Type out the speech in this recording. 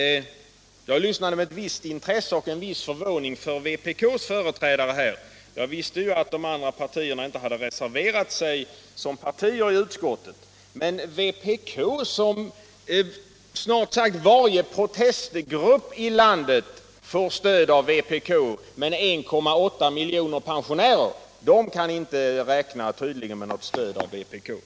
Jag lyssnade med ett visst intresse och en viss förvåning till vpk:s företrädare här — jag visste ju att de andra partierna inte hade reserverat sig i utskottet. Snart sagt varje protestgrupp i landet får stöd av vpk —- men 1,8 miljoner pensionärer, de kan tydligen inte räkna med något stöd från det partiet.